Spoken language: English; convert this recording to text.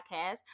podcast